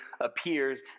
appears